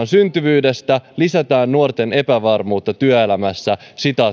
syntyvyydestä lisätään nuorten epävarmuutta työelämässä